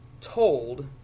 told